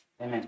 Amen